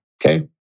Okay